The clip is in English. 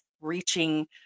reaching